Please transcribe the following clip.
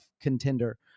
contender